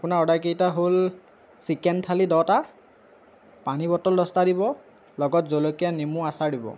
আপোনাৰ অৰ্ডাৰকেইটা হ'ল চিকেন থালি দহটা পানী বটল দহটা দিব লগত জলকীয়া নেমু আচাৰ দিব